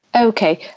Okay